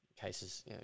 cases